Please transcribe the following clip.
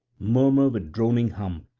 murmur with droning hum,